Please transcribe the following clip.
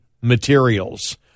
materials